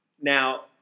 Now